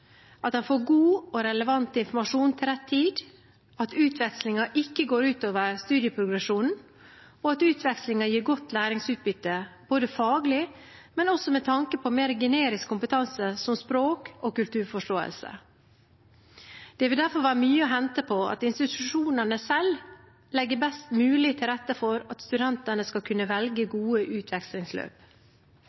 at de får god og relevant informasjon til rett tid, at utvekslingen ikke går ut over studieprogresjonen og at utvekslingen gir godt læringsutbytte både faglig og med tanke på mer generisk kompetanse som språk og kulturforståelse. Det vil derfor være mye å hente på at institusjonene selv legger best mulig til rette for at studentene skal kunne velge gode utvekslingsløp.